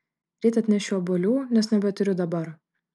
ryt atnešiu obuolių nes nebeturiu dabar